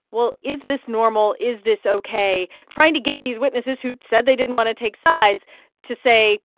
well, is this normal? is this ok? trying to get these witnesses who said they didn't want to take sides to say,